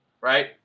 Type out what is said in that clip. Right